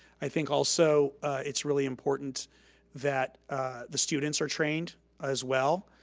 i think also it's really important that the students are trained as well.